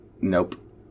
nope